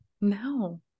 no